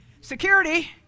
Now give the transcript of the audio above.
Security